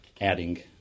adding